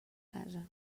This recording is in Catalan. casa